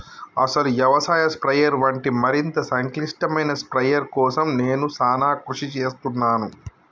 అసలు యవసాయ స్ప్రయెర్ వంటి మరింత సంక్లిష్టమైన స్ప్రయెర్ కోసం నేను సానా కృషి సేస్తున్నాను